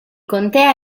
contea